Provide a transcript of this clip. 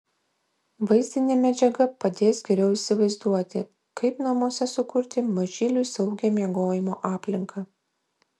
vaizdinė medžiaga padės geriau įsivaizduoti kaip namuose sukurti mažyliui saugią miegojimo aplinką